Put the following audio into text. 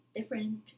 different